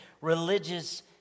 religious